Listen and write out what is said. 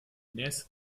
nächste